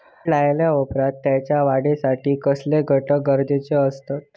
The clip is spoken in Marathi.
झाड लायल्या ओप्रात त्याच्या वाढीसाठी कसले घटक गरजेचे असत?